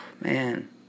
Man